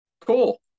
cool